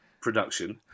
production